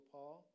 Paul